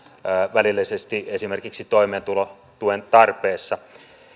välillisesti esimerkiksi toimeentulotuen tarpeessa